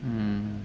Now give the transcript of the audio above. mm